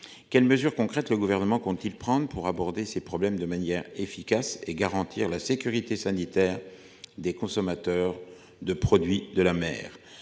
quelles mesures concrètes, le gouvernement compte-t-il prendre pour aborder ces problèmes de manière efficace et garantir la sécurité sanitaire des consommateurs de produits de la mer.